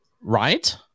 Right